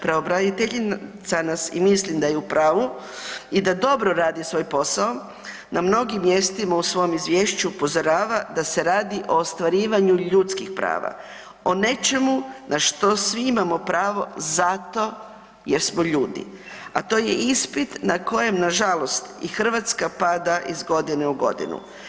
Pravobraniteljica nas i mislim da je u pravu, i da dobro radi svoj posao, na mnogim mjestima u svom izvješću upozorava da se radi o ostvarivanju ljudskih prava, o nečemu na što svi imamo pravo zato jer smo ljudi a to je ispit na kojem nažalost i Hrvatska pada iz godine u godinu.